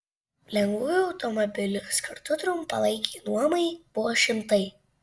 lengvųjų automobilių skirtų trumpalaikei nuomai buvo šimtai